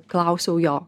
klausiau jo